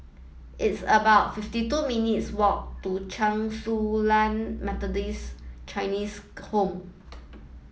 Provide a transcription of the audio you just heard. it's about fifty two minutes' walk to Chen Su Lan Methodist Chinese Home